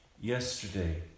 Yesterday